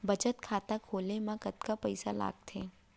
बचत खाता खोले मा कतका पइसा लागथे?